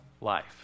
life